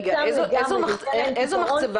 איזו מחצבה